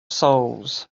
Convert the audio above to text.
souls